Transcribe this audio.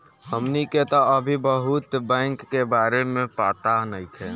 हमनी के तऽ अभी बहुत बैंक के बारे में पाता नइखे